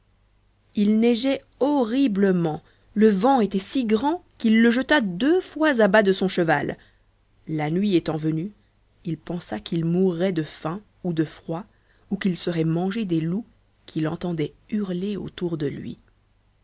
il neigeait horriblement le vent était si grand qu'il le jeta deux fois en bas de son cheval et la nuit étant venue il pensa qu'il mourrait de faim ou de froid ou qu'il serait mangé des loups qu'il entendait hurler autour de lui